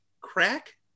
Crack